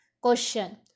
Question